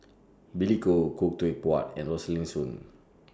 Billy Koh Khoo Teck Puat and Rosaline Soon